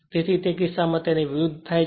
અને તે કિસ્સા માં તેની વિરુદ્ધ થાય છે